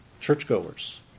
churchgoers